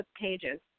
pages